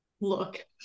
look